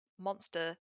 monster